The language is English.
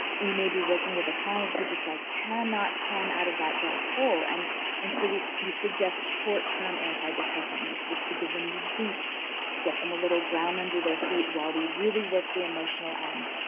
we may be working with a client who just like cannot climb out of that dark hole and and so we suggest short-term antidepressant use just to give them a boost to get them a little ground under their feet while we really work the emotional end.